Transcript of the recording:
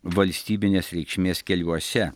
valstybinės reikšmės keliuose